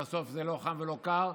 בסוף זה לא חם ולא קר,